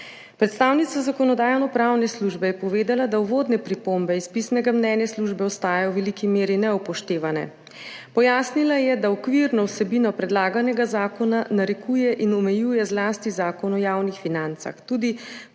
Predstavnica Zakonodajno-pravne službe je povedala, da uvodne pripombe iz pisnega mnenja službe ostajajo v veliki meri neupoštevane. Pojasnila je, da okvirno vsebino predlaganega zakona narekuje in omejuje zlasti Zakon o javnih financah. Tudi v